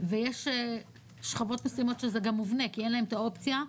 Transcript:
ויש שכבות מסוימות שזה גם מובנה כי אין להם את האופציה,